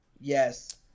yes